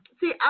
See